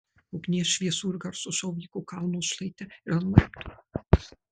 ugnies šviesų ir garso šou vyko kalno šlaite ir ant laiptų